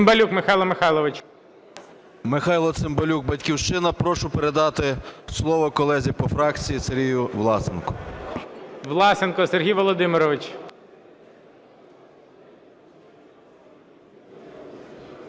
Власенко Сергій Володимирович.